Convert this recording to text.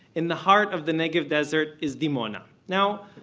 in the heart of the negev desert, is dimona. now,